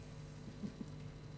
2009):